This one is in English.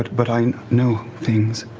but but i know things,